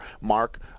Mark